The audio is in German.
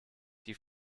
die